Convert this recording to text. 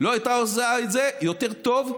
לא הייתה עושה את זה יותר טוב,